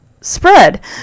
spread